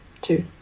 two